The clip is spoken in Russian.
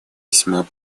весьма